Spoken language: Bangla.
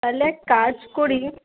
তাহলে এক কাজ করি